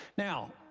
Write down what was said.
now,